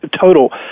total